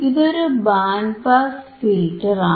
ഇതൊരു band pass ഫിൽറ്ററാണ്